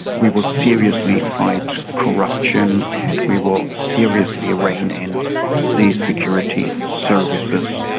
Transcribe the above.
we will seriously fight corruption and we will seriously rein in the security services.